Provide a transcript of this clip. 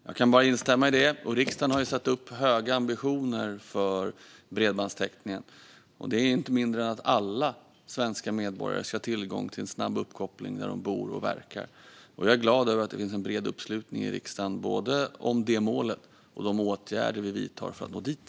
Fru talman! Jag kan bara instämma i det. Riksdagen har satt upp höga ambitioner för bredbandstäckningen: att alla svenska medborgare ska ha tillgång till en snabb uppkoppling där de bor och verkar. Jag är glad över att det finns en bred uppslutning i riksdagen i fråga om både det målet och de åtgärder vi vidtar för att nå dit.